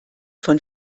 von